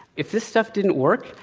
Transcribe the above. if this stuff didn't work,